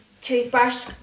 toothbrush